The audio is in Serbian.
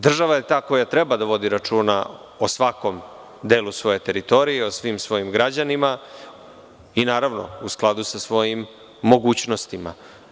Država je ta koja treba da vodi računa o svakom delu svoje teritorije, o svim svojim građanima, a u skladu sa svojim mogućnostima.